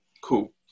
Cool